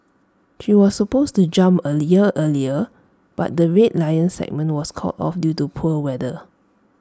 she was supposed to jump A year earlier but the Red Lions segment was called off due to poor weather